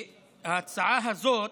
ההצעה הזאת